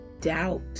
doubt